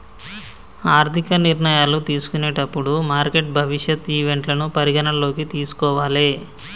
ఆర్థిక నిర్ణయాలు తీసుకునేటప్పుడు మార్కెట్ భవిష్యత్ ఈవెంట్లను పరిగణనలోకి తీసుకోవాలే